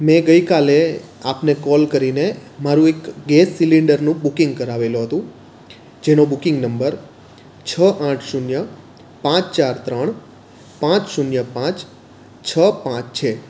મેં ગઈકાલે આપને કોલ કરીને મારું એક ગેસ સિલિન્ડરનું બુકિંગ કરાવેલું હતું જેનો બુકિંગ નંબર છ આઠ શૂન્ય પાંચ ચાર ત્રણ પાંચ શૂન્ય પાંચ છ પાંચ છે